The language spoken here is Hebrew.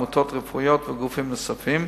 עמותות רפואיות וגופים נוספים,